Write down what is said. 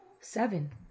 Seven